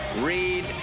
Read